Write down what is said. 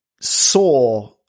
saw